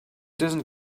doesn’t